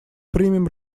примем